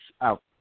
out